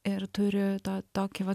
ir turi tą tokį vat